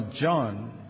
John